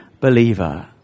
believer